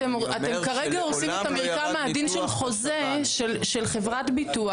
אתם כרגע הורסים את המרקם העדין של חוזה של חברת ביטוח,